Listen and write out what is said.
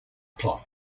plot